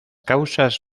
causas